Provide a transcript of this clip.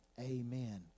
Amen